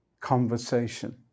conversation